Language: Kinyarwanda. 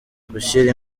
gushyira